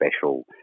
special